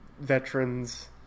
veterans